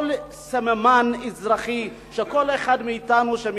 כל סממן אזרחי, שכל אחד מאתנו מתהלך,